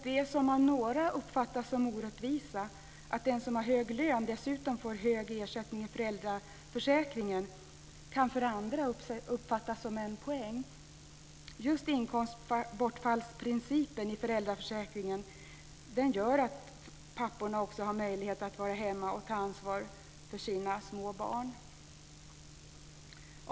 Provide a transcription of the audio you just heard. Det som av några uppfattas som orättvisa - att någon som har hög lön dessutom får hög ersättning i föräldraförsäkringen - kan för andra uppfattas som en poäng. Just inkomstbortfallsprincipen i föräldraförsäkringen gör att papporna också har möjlighet att vara hemma och ta ansvar för sina små barn.